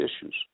issues